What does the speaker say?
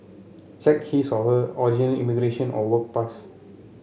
check his or her original immigration or work pass